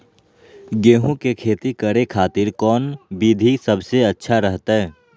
गेहूं के खेती करे खातिर कौन विधि सबसे अच्छा रहतय?